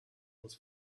was